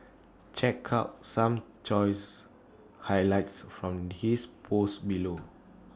check out some choice highlights from his post below